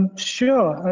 ah sure,